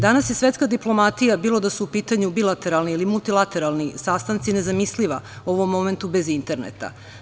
Danas je svetska diplomatija, bilo da su u pitanje bilateralni ili multilateralni sastanci, nezamisliva u ovom momentu bez interneta.